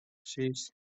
sis